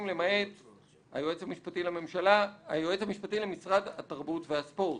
"למעט היועץ המשפטי למשרד התרבות והספורט".